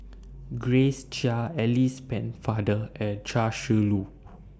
Grace Chia Alice Pennefather and Chia Shi Lu